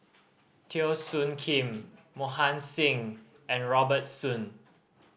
Teo Soon Kim Mohan Singh and Robert Soon